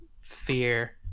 Fear